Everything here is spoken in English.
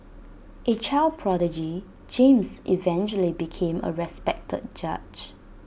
A child prodigy James eventually became A respected judge